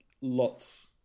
lots